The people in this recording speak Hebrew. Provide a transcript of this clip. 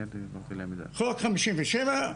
חוק 57,